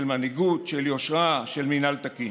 של מנהיגות, של יושרה, של מינהל תקין.